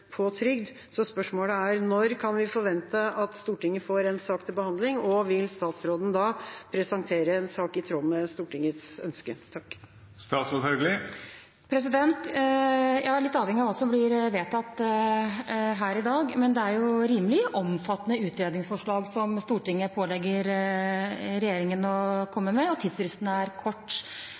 på trygd. Spørsmålet er: Når kan vi forvente at Stortinget får en sak til behandling, og vil statsråden da presentere en sak i tråd med Stortingets ønske? Det er litt avhengig av hva som blir vedtatt her i dag. Det er rimelig omfattende utredningsforslag Stortinget pålegger regjeringen å komme med, og tidsfristen er kort.